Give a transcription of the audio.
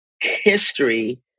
history